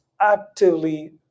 actively